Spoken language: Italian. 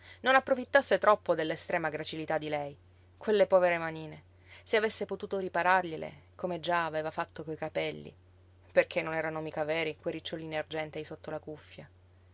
non approfittasse troppo dell'estrema gracilità di lei quelle povere manine se avesse potuto riparargliele come già aveva fatto coi capelli perché non erano mica veri quei ricciolini argentei sotto la cuffia